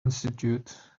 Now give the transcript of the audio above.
institute